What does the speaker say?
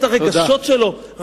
את הרגשות שלו?